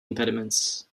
impediments